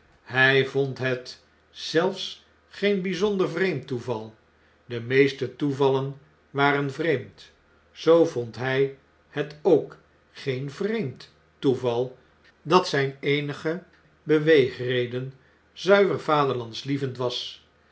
hjj vond het zelfs geen bijzonder vreemd toeval de meeste toevallen waren vreemd zoo vond hy het ook geen vreemd toeval dat zyne eenige beweegreden zuivere vaderlandsliefde was